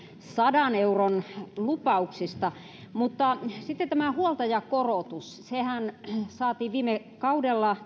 sadan euron lupauksista sitten tämä huoltajakorotus sehän saatiin todellakin viime kaudella